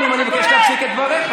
חבר הכנסת טיבי.